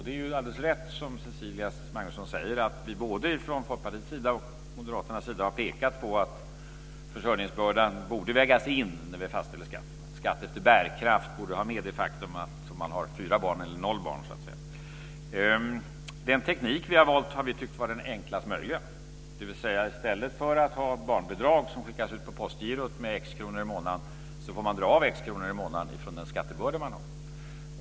Det är rätt, som Cecilia Magnusson säger, att vi från både Folkpartiets och Moderaternas sida har pekat på att försörjningsbördan borde vägas in när vi fastställer skatten - skatt efter bärkraft. Vi borde ha med det faktum om man har fyra barn eller noll barn. Den teknik vi har valt har vi tyckt vara den enklast möjliga. I stället för att ha barnbidrag som skickas ut på postgirot med x kronor i månaden, får man dra av x kronor i månaden från den skattebörda man har.